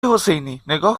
حسینی، نگاه